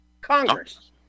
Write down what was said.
Congress